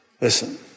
Listen